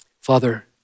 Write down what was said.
Father